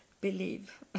believe